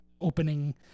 opening